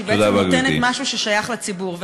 שהיא בעצם נותנת משהו ששייך לציבור.